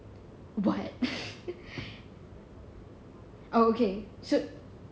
but oh okay so